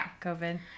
COVID